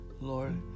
Lord